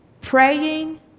praying